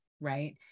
right